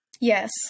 yes